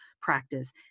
practice